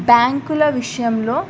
బ్యాంకుల విషయంలో